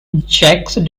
jacques